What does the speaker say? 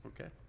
Okay